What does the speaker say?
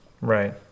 Right